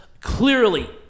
clearly